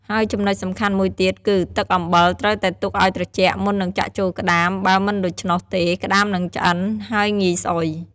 ហើយចំនុចសំខាន់មួយទៀតគឺ ទឹកអំបិលត្រូវតែទុកអោយត្រជាក់ មុននឹងចាក់ចូលក្ដាម បើមិនដូច្នោះទេ ក្ដាមនឹងឆ្អិន ហើយងាយស្អុយ។